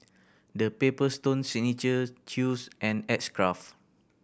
The Paper Stone Signature Chew's and X Craft